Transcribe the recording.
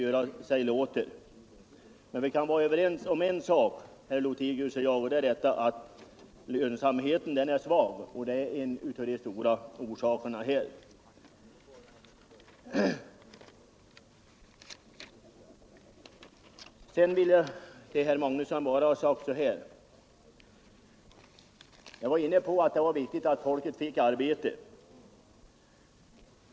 Herr Lothigius och jag kan vara överens om en sak, nämligen att lönsamheten är svag, och det är en av de stora orsakerna här. Sedan vill jag säga några ord till herr Magnusson i Kristinehamn. Jag var förut inne på att det är viktigt att folket får arbete.